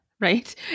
Right